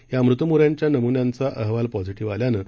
या मृतं मोरांच्या नमुन्यांचा अहवाल पॉझिटिव्ह आल्यानं